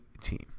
team